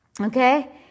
okay